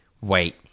Wait